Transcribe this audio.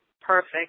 Perfect